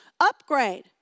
upgrade